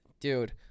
dude